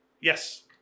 Yes